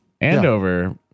Andover